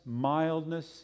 mildness